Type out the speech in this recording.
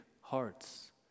hearts